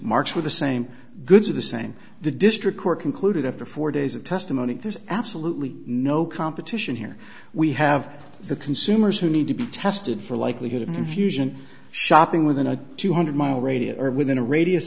march where the same goods are the same the district court concluded after four days of testimony there's absolutely no competition here we have the consumers who need to be tested for likelihood of confusion shopping within a two hundred mile radius or within a radius